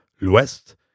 L'Ouest